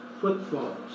Footfalls